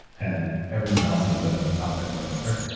and everyone else is ah outside board member.